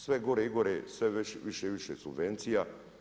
Sve gore i gore, sve više i više subvencija.